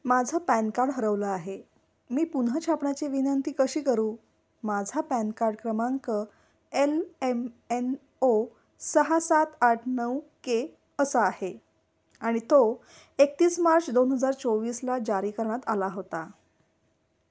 माझं PAN card हरवलं आहे मी पुन्हा छापण्याची विनंती कशी करू माझा पॅन कार्ड क्रमांक एल एम एन ओ सहा सात आठ नऊ के असा आहे आणि तो एकतीस मार्च दोन हजार चोवीसला जारी करणात आला होता